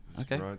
Okay